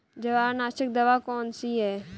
जवारनाशक दवा कौन सी है?